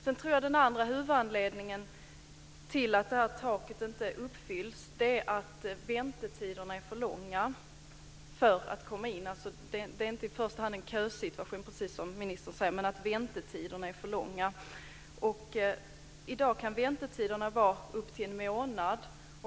Den andra huvudanledningen till att taket inte uppfylls tror jag är att väntetiderna för att komma in är för långa. Det är inte i första hand en kösituation, precis som ministern säger, men väntetiderna är för långa. I dag kan väntetiderna vara upp till en månad.